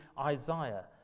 Isaiah